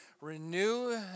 renew